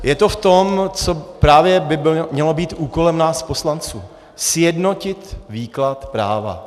Je to v tom, co by právě mělo být úkolem nás poslanců sjednotit výklad práva.